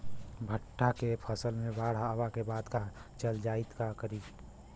भुट्टा के फसल मे बाढ़ आवा के बाद चल जाई त का करी?